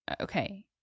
Okay